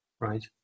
right